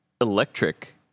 electric